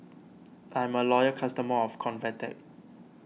I'm a loyal customer of Convatec